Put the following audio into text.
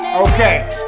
Okay